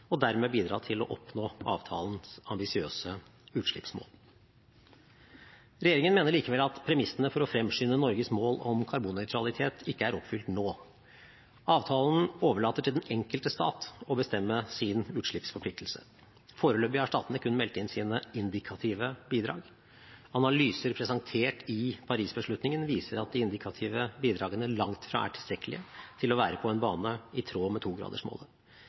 og dermed bidra til å oppnå avtalens ambisiøse utslippsmål. Regjeringen mener likevel at premissene for å fremskynde Norges mål om karbonnøytralitet ikke er oppfylt nå. Avtalen overlater til den enkelte stat å bestemme sin utslippsforpliktelse. Foreløpig har statene kun meldt inn sine indikative bidrag. Analyser presentert i Paris-beslutningen viser at de indikative bidragene langt fra er tilstrekkelige til å være på en bane i tråd med togradersmålet.